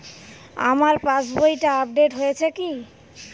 আমার পাশবইটা আপডেট হয়েছে কি?